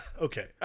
okay